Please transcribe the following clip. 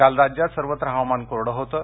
काल राज्यात सर्वत्र हवामान कोरडं होतं